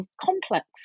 complex